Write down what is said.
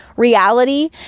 reality